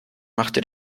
machte